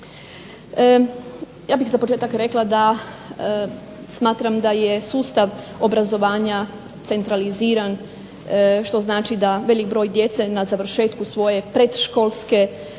Ja bih za početak rekla da smatram da je sustav obrazovanja centraliziran, što znači da velik broj djece na završetku svoje predškolske dobi